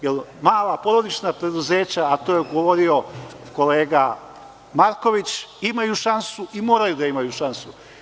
Jer, mala, porodična preduzeća, a to je govorio kolega Marković, imaju šansu i moraju da imaju šansu.